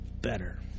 better